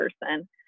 person